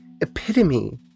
epitome